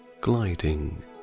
gliding